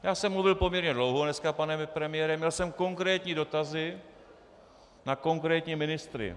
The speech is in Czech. Já jsem mluvil poměrně dlouho dneska, pane premiére, měl jsem konkrétní dotazy na konkrétní ministry.